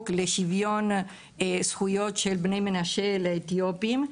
לשוויון זכויות של בני מנשה לאתיופים.